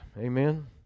Amen